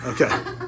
Okay